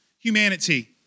humanity